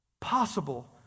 possible